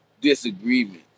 disagreement